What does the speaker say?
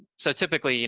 so typically, you